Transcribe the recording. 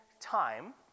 time